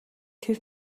тэр